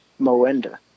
Moenda